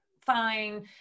fine